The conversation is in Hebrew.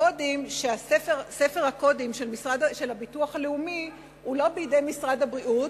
וספר הקודים של הביטוח הלאומי הוא לא בידי משרד הבריאות,